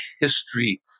history